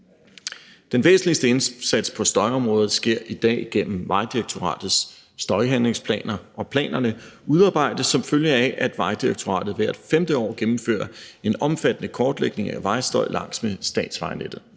Den væsentligste indsats på støjområdet sker i dag gennem Vejdirektoratets støjhandlingsplaner, og planerne udarbejdes, som følge af at Vejdirektoratet hvert 5. år gennemfører en omfattende kortlægning af vejstøj langs med statsvejnettet.